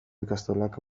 ikastolak